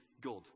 God